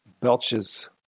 belches